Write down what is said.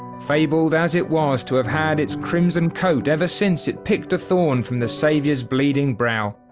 fabled as it was to have had its crimson coat ever since it picked a thorn from the saviour's bleeding brow.